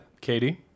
Katie